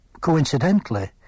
coincidentally